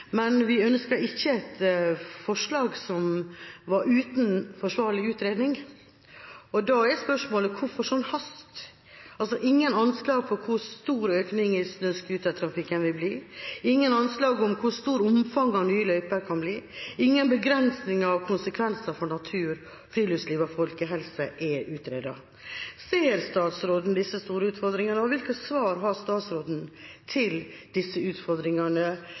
men vi ønsket ikke et forslag som var uten forsvarlig utredning. Da er spørsmålet: Hvorfor slik hast? Det er ingen anslag over hvor stor økningen i snøscootertrafikken vil bli, ingen anslag over hvor stort omfanget av nye løyper kan bli, og ingen begrensninger av konsekvenser for natur, friluftsliv og folkehelse er utredet. Ser statsråden disse store utfordringene, og hvilke svar har statsråden på disse utfordringene,